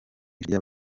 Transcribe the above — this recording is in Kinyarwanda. nigeria